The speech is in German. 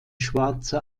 schwarze